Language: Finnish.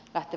lähtö